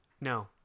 No